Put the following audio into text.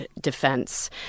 defense